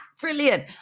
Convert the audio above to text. brilliant